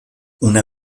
una